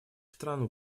страну